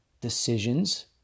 decisions